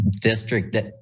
district